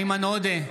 נגד איימן עודה,